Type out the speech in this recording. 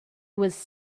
was